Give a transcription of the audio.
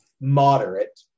moderate